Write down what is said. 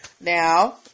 Now